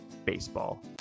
baseball